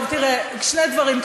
טוב, תראה, שני דברים.